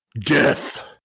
death